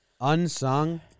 Unsung